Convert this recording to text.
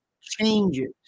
changes